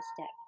step